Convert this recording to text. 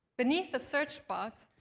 beneath the search box,